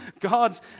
God's